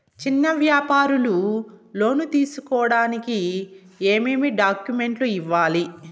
చిన్న వ్యాపారులు లోను తీసుకోడానికి ఏమేమి డాక్యుమెంట్లు ఇవ్వాలి?